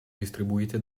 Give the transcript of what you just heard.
distribuite